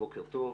בוקר טוב.